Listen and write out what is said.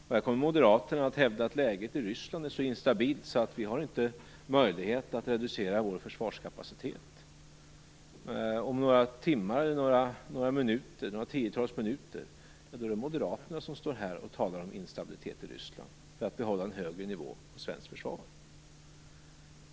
Då kommer moderaterna att hävda att läget i Ryssland är så instabilt att vi inte har möjlighet att reducera vår försvarskapacitet. Om några tiotals minuter är det moderaterna som står här och talar om instabilitet i Ryssland för att vi skall bibehålla en hög nivå på svenskt försvar.